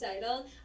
title